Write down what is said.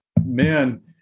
man